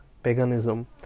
Paganism